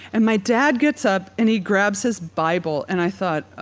and my dad gets up and he grabs his bible, and i thought, oh,